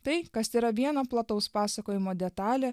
tai kas yra vieno plataus pasakojimo detalė